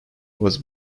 was